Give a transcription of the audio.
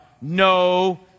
no